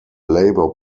labour